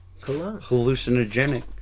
hallucinogenic